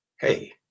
Hey